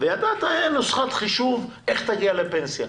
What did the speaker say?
והייתה נוסחת חישוב איך תגיע לפנסיה,